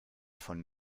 von